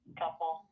couple